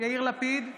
יאיר לפיד,